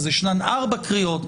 אז יש ארבע קריאות,